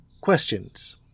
questions